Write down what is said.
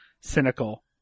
cynical